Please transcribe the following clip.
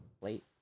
Late